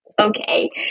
Okay